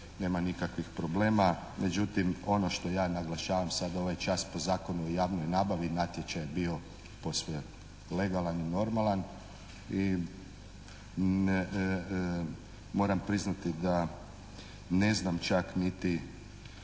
nema nikakvih problema. Međutim, ono što ja naglašavam sad ovaj čas po Zakonu o javnoj nabavi natječaj je bio posve legalan i normalan. I moram priznati da ne znam čak niti